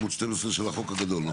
של החוק הגדול.